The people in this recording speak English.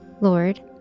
Lord